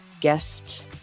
guest